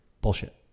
bullshit